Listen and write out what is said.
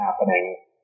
happening